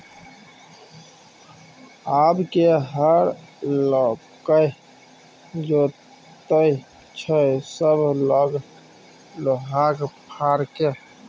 आब के हर लकए जोतैय छै सभ लग लोहाक फार छै